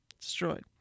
Destroyed